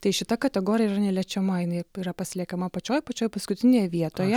tai šita kategorija yra neliečiama jinai yra pasiliekama pačioj pačioj paskutinėje vietoje